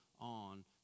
on